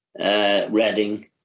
Reading